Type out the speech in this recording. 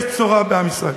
יש בשורה לעם ישראל.